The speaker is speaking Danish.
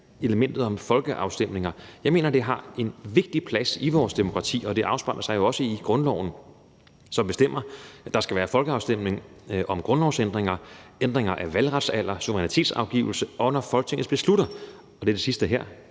elementet om folkeafstemninger: Jeg mener, at det har en vigtig plads i vores demokrati, og det afspejler sig jo også i grundloven, som bestemmer, at der skal være folkeafstemning om grundlovsændringer, ændringer af valgretsalder, suverænitetsafgivelse, og når Folketinget beslutter – og det er det sidste her